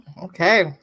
Okay